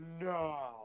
no